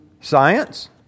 science